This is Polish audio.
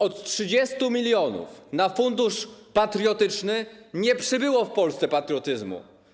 Od 30 mln zł na Fundusz Patriotyczny nie przybyło w Polsce patriotyzmu.